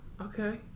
okay